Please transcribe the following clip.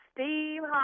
Steve